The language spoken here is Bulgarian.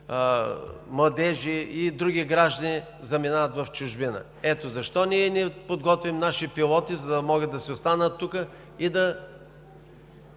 младежи и граждани заминават в чужбина. Е, защо ние не подготвяме наши пилоти, за да могат да си останат тук и да